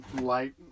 light